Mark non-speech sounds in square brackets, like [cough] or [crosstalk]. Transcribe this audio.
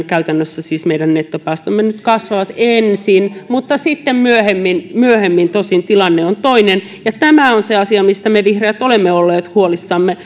[unintelligible] käytännössä siis meidän nettopäästömme nyt ensin kasvavat tosin sitten myöhemmin myöhemmin tilanne on toinen tämä on se asia mistä me vihreät olemme olleet huolissamme [unintelligible]